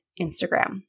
Instagram